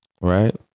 Right